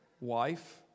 wife